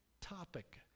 topic